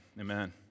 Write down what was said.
amen